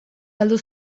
galdu